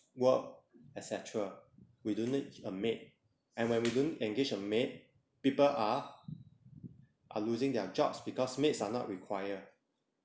work et cetera we don't need a maid and when we don't engage a maid people are are losing their jobs because maids are not required